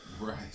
Right